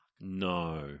No